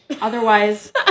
Otherwise